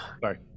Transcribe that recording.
Sorry